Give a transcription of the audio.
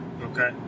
Okay